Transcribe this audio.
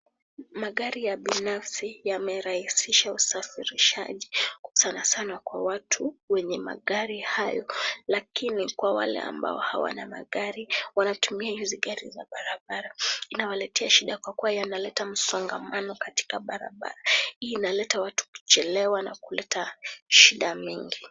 Magari ya binafsi yamerahisisha usafirishaji sana sana kwa watu wenye magari hayo lakini kwa wale ambao hawana magari, wanatumia hizi gari za barabara inawaletea shida kwa kuwa yanaleta msongamano katika barabara. Hii inaleta watu kuchelewa na kuleta shida mingi.